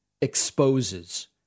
exposes